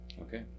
Okay